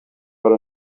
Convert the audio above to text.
per